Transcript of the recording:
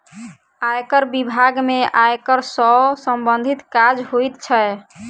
आयकर बिभाग में आयकर सॅ सम्बंधित काज होइत छै